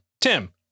tim